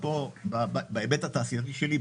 בהיבט התעשייתי שלי,